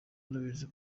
arabizi